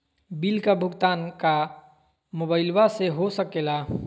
Bill का भुगतान का मोबाइलवा से हो सके ला?